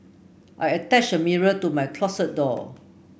I attached a mirror to my closet door